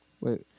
Wait